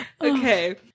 Okay